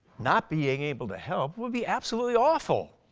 not being able to help would be absolutely awful.